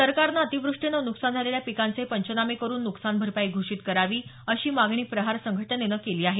सरकारने अतिवृष्टीनं नुकसान झालेल्या पिकांचे पंचनामे करुन नुकसान भरपाई घोषित करावी अशी मागणी प्रहार संघटनेनं केली आहे